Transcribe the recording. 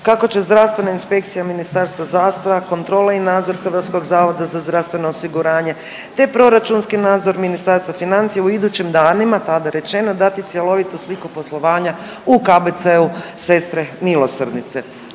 kako će zdravstvena inspekcija Ministarstva zdravstva, kontrole i nadzor HZZO-a, te proračunski nadzor Ministarstva financija u idućim danima tada rečeno dati cjelovitu sliku poslovanja u KBC-u Sestre milosrdnice.